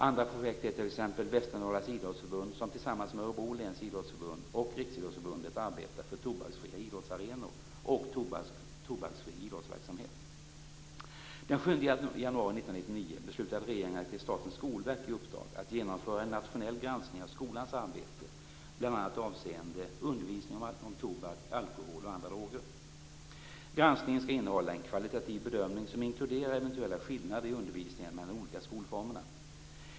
Andra projekt är t.ex. att Västernorrlands Idrottsförbund tillsammans med Örebro Läns Idrottsförbund och Statens skolverk i uppdrag att genomföra en nationell granskning av skolans arbete bl.a. avseende undervisning om tobak, alkohol och andra droger. Granskningen skall innehålla en kvalitativ bedömning som inkluderar eventuella skillnader i undervisningen mellan de olika skolformerna.